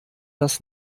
das